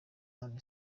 none